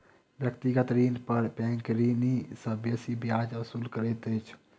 व्यक्तिगत ऋण पर बैंक ऋणी सॅ बेसी ब्याज वसूल करैत अछि